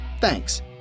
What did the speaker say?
thanks